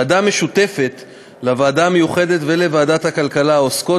ועדה משותפת לוועדה המיוחדת ולוועדת הכלכלה העוסקת